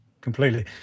Completely